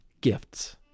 gifts